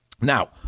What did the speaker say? Now